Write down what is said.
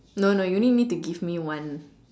no no you only need to give me one